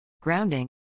Grounding